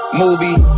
movie